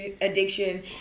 addiction